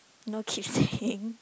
no quitting